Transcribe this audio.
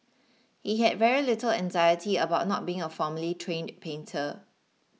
he had very little anxiety about not being a formally trained painter